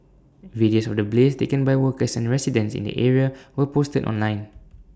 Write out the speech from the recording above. videos of the blaze taken by workers and residents in the area were posted online